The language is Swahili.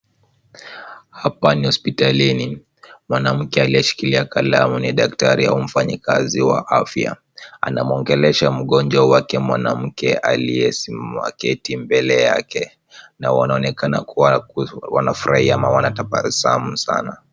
Hapa ni, hospitalini. Mwanamke aliyeshikilia kalamu ni daktari au mfanyakazi wa afya. Ana mwongelesha mgonjwa wake mwanamke aliyesimama kiti mbele yake. Na wanaonekana kuwa wanafurahia ama wana tabasamu sana.